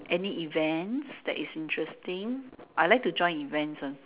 any events that is interesting I like to join events one